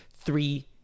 Three